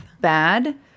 bad